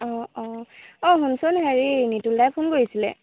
অঁ অঁ অ' শুনচোন নিতুল দাই ফোন কৰিছিলে